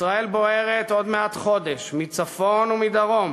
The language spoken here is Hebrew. ישראל בוערת עוד מעט חודש, מצפון ומדרום,